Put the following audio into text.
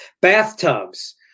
Bathtubs